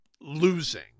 losing